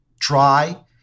try